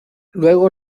luego